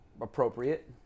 Appropriate